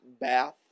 bath